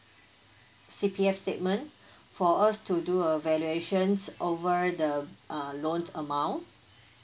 C_P_F statement for us to do a valuation over the uh loaned amount